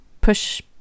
push